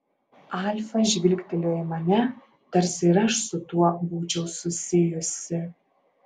alfa žvilgtelėjo į mane tarsi ir aš su tuo būčiau susijusi